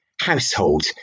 Household